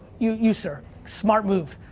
you know sir. smart move.